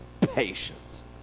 Patience